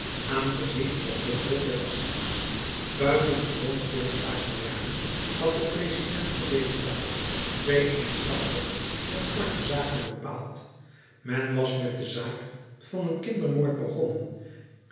aangezien op de rol der assises buitengewoon veel zaken waren had de president voor dezen dag twee eenvoudige en korte zaken bepaald men was met de zaak van een kindermoord begonnen